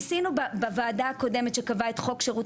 ניסינו בוועדה הקודמת שקבעה את חוק שירות